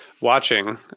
watching